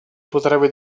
potrebbe